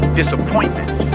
disappointment